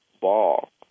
ball